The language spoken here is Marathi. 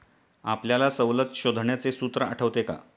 आपल्याला सवलत शोधण्याचे सूत्र आठवते का?